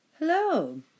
Hello